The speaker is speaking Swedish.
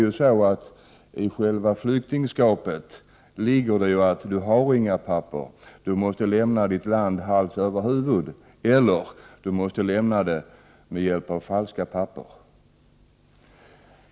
I själva flyktingskapet ligger ju att man inte har några papper — man måste lämna sitt land hals över huvud eller med hjälp av falska papper.